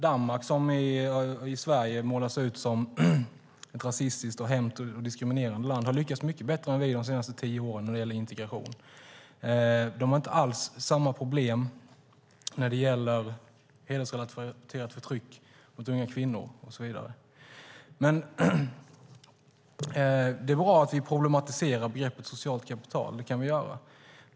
Danmark, som i Sverige målas ut som ett rasistiskt och diskriminerande land, har lyckats mycket bättre än vi de senaste tio åren när det gäller integration. Man har inte alls samma problem med hedersrelaterat förtryck mot unga kvinnor och så vidare. Det är bra att vi problematiserar begreppet socialt kapital.